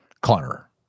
Connor